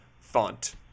font